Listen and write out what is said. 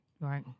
Right